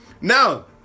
Now